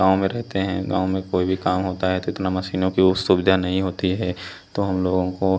गाँव में रहते हैं गाँव में कोई भी काम होता है तो इतना मशीनों की वो सुविधा नहीं होती है तो हम लोगों को